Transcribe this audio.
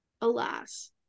alas